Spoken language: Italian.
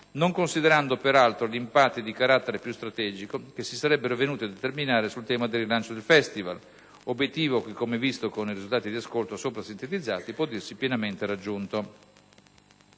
non considerando peraltro gli impatti di carattere più strategico che si sarebbero venuti a determinare sul tema del rilancio del Festival (obiettivo che, come visto con i risultati di ascolto sopra sintetizzati, può dirsi pienamente raggiunto).